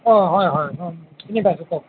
অঁ হয় হয় অঁ চিনি পাইছোঁ কওক